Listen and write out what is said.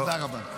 תודה רבה.